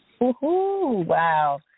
Wow